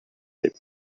they